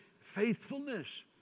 faithfulness